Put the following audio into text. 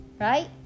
right